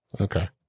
Okay